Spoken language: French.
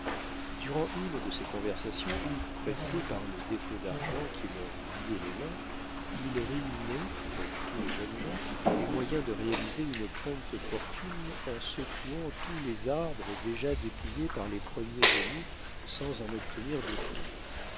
durant une de ces conversations où pressés par le défaut d'argent qui leur liait les mains ils ruminaient comme tous les jeunes gens les moyens de réaliser une prompte fortune en secouant tous les arbres déjà dépouillés par les premiers venus sans en obtenir de fruits